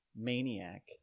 maniac